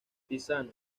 tiziano